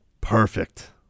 perfect